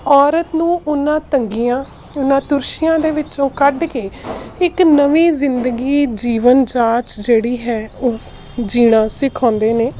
ਔਰਤ ਨੂੰ ਉਹਨਾਂ ਤੰਗੀਆਂ ਉਹਨਾਂ ਤੁਰਸ਼ੀਆਂ ਦੇ ਵਿੱਚੋਂ ਕੱਢ ਕੇ ਇੱਕ ਨਵੀਂ ਜਿੰਦਗੀ ਜੀਵਨ ਜਾਂਚ ਜਿਹੜੀ ਹੈ ਉਹ ਜੀਣਾ ਸਿਖਾਉਂਦੇ ਨੇ